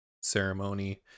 ceremony